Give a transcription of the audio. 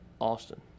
Austin